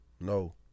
No